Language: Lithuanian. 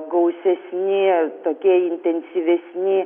gausesni tokie intensyvesni